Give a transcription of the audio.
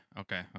okay